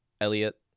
Elliot